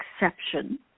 exception